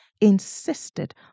insisted